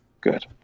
Good